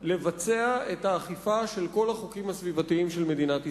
לבצע את האכיפה של כל החוקים הסביבתיים של מדינת ישראל.